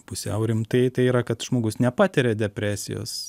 pusiau rimtai tai yra kad žmogus nepatiria depresijos